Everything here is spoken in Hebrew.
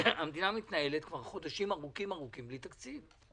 המדינה מתנהלת כבר חודשים ארוכים בלי תקציב.